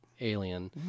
Alien